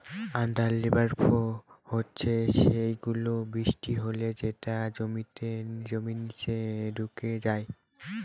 under river flow হচ্ছে সেই গুলো, বৃষ্টি হলে যেটা জমির নিচে ঢুকে যায়